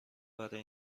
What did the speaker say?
برای